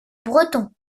bretons